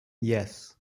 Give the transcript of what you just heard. yes